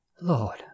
Lord